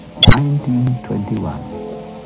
1921